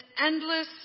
endless